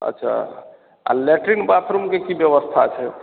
अच्छा आ लैट्रीन बाथरूमके की व्यवस्था छै